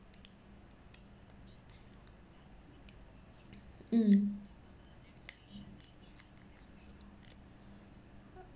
mm